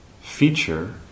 feature